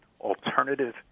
alternative